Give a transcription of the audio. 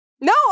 No